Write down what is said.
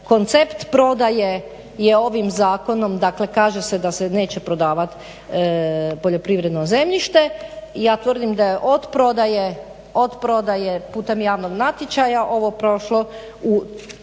koncept prodaje je ovim zakonom dakle kaže se da se neće prodavati poljoprivredno zemljište. Ja tvrdim da je od prodaje putem javnog natječaja ovo prošlo u